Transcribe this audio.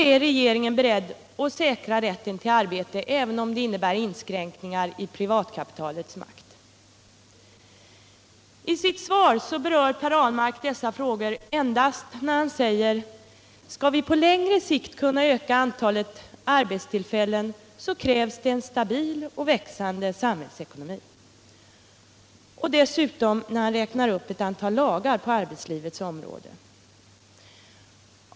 Ärregeringen beredd att säkra rätten till arbete även om det innebär inskränkningar i privatkapitalets makt? I sitt svar berör Per Ahlmark dessa frågor endast när han säger: ” Skall vi på längre sikt kunna öka antalet arbetstillfällen, krävs det en stabil och växande samhällsekonomi”, och dessutom när han räknar upp ett antal lagar på arbetslivets område.